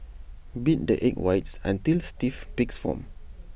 beat the egg whites until stiff peaks form